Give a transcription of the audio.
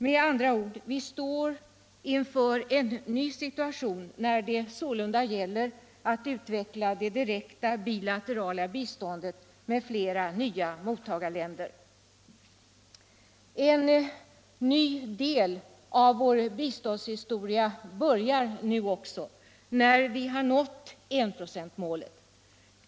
Med andra ord, vi står inför en ny situation när det sålunda gäller att bygga ut det direkta bilaterala biståndet med flera nya mot En ny del av vår biståndshistoria börjar nu också när vi nått enprocentsmålet.